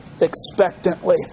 expectantly